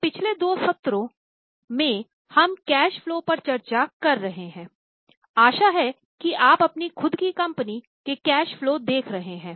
तो पिछले दो सत्रों हम कैश फलो पर चर्चा कर रहें है आशा है कि आप अपनी खुद की कंपनी के कैश फलो देख रहें है